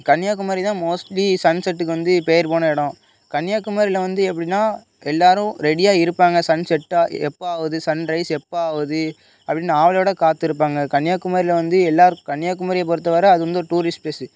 கன்னியாகுமரி தான் மோஸ்ட்லி சன்செட்டுக்கு வந்து பெயர் போனே இடம் கன்னியாகுமரியில் வந்து எப்படினா எல்லோரும் ரெடியாக இருப்பாங்க சன் செட்டாக எப்பாகுது சன்ரெய்ஸ் எப்பாகுது அப்படினு அவளோடு காத்திருப்பாங்க கன்னியாகுமரியில் வந்து எல்லோரும் கன்னியாகுமரியை பொறுத்த வரை அது வந்து ஒரு டூரிஸ்ட் ப்ளேஸு